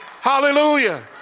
Hallelujah